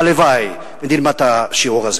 הלוואי שנלמד את השיעור הזה.